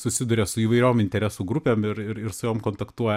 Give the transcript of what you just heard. susiduria su įvairiom interesų grupėm ir ir ir su jom kontaktuoja